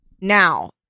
Now